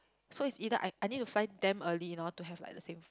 so it's either I I need to fly damn early you know to have like the same